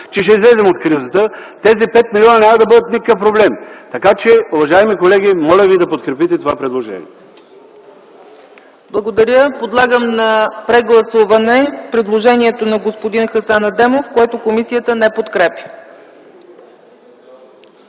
че ще излезем от кризата, тези 5 милиона няма да бъдат никакъв проблем. Така че, уважаеми колеги, моля ви да подкрепите това предложение. ПРЕДСЕДАТЕЛ ЦЕЦКА ЦАЧЕВА: Благодаря. Подлагам на прегласуване предложението на господин Хасан Адемов, което комисията не подкрепя.